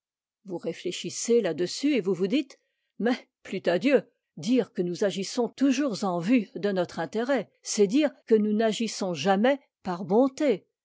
vous réfléchissez là-dessus et vous vous dites mais plût à dieu dire que nous agissons toujours en vue de notre intérêt c'est dire que nous n'agissons jamais par bonté